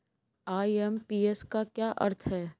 IMPS का क्या अर्थ है?